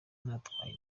natwaye